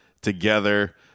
together